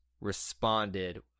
responded